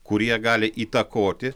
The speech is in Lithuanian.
kurie gali įtakoti